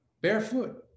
barefoot